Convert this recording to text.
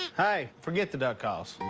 hey, forget the duck calls.